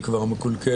היא כבר מקולקלת,